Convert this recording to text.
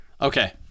Okay